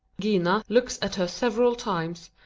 gina looks at her several times,